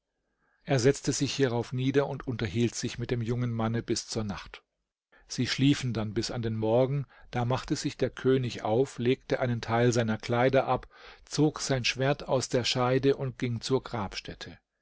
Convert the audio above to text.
er setzte sich hierauf nieder und unterhielt sich mit dem jungen manne bis zur nacht sie schliefen dann bis an den morgen da machte sich der könig auf legte einen teil seiner kleider ab zog sein schwert aus der scheide und ging zur grabstätte